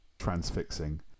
transfixing